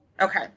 Okay